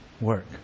work